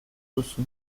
duzu